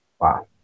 Wow